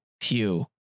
pew